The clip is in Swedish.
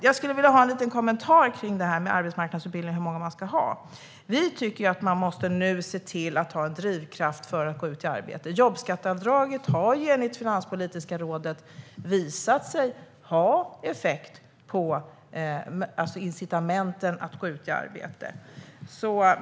Jag skulle vilja ha en liten kommentar kring det här med arbetsmarknadsutbildningar och hur många man ska ha. Vi tycker att man nu måste se till att det finns en drivkraft för att gå ut i arbete. Jobbskatteavdraget har enligt Finanspolitiska rådet visat sig ha effekt på incitamenten att gå ut i arbete.